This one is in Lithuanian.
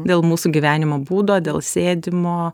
dėl mūsų gyvenimo būdo dėl sėdimo